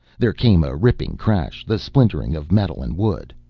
there came a ripping crash, the splintering of metal and wood.